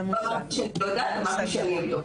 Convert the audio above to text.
אני לא אמרתי שאני לא יודעת, אמרתי שאני אבדוק.